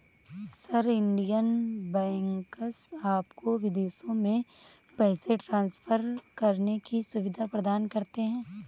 sir, Indian banks आपको विदेशों में पैसे ट्रान्सफर करने की सुविधा प्रदान करते हैं